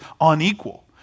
unequal